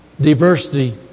Diversity